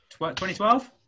2012